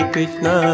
Krishna